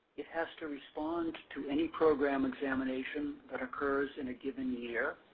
it has to respond to any program examination that occurs in a given year.